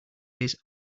his